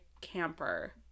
camper